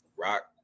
Rock